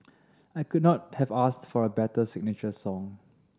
I could not have asked for a better signature song